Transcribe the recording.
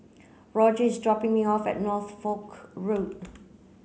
Rodger is dropping me off at Norfolk Road